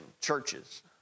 churches